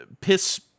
piss